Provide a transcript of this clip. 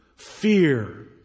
fear